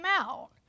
out